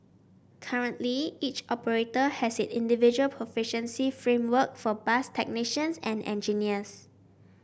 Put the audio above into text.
currently each operator has its individual proficiency framework for bus technicians and engineers